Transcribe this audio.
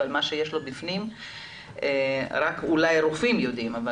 אבל מה שיש לו בפנים אולי רק רופאים יודעים,